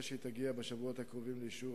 שהיא תגיע בשבועות הקרובים לאישור